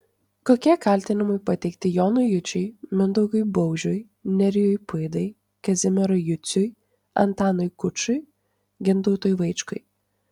kokie kaltinimai pateikti jonui jučui mindaugui baužiui nerijui puidai kazimierui juciui antanui kučui gintautui vaičkui